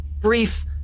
brief